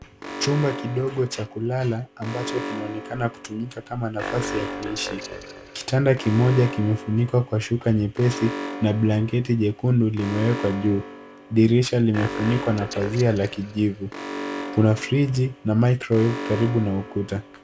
Chumba kidogo cha kulala ambacho kinaonekana kutumika kama nafasi ya kuishi. Kitanda kimoja kimefunikwa kwa shuka nyepesi na blanketi jekundu limewekwa juu. Dirisha limefunikwa na pazia la kijivu. Kuna friji na ]cs] microwave karibu na ukuta.